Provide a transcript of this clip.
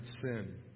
sin